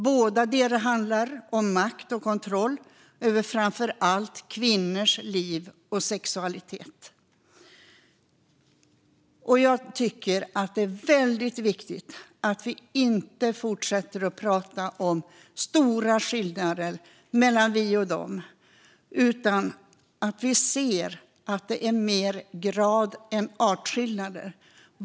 Bådadera handlar om makt och kontroll över framför allt kvinnors liv och sexualitet. Jag tycker att det är väldigt viktigt att vi inte fortsätter att prata om stora skillnader mellan oss och dem utan ser att det är mer gradskillnader än artskillnader.